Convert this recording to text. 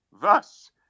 Thus